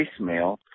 voicemail